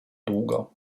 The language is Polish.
długo